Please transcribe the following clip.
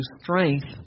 strength